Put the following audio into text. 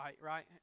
right